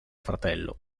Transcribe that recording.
fratello